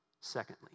secondly